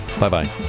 Bye-bye